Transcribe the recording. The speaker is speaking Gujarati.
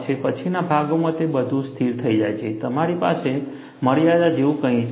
પછીના ભાગમાં તે બધું સ્થિર થઈ જાય છે તમારી પાસે મર્યાદા જેવું કંઈક છે